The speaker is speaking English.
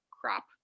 crop